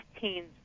teens